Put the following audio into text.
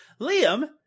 Liam